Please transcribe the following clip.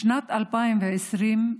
בשנת 2020,